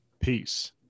Peace